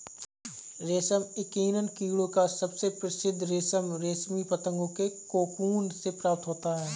रेशम यकीनन कीड़ों का सबसे प्रसिद्ध रेशम रेशमी पतंगों के कोकून से प्राप्त होता है